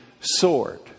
sword